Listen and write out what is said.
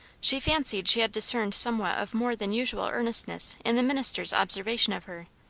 she fancied she had discerned somewhat of more than usual earnestness in the minister's observation of her,